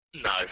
No